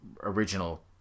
original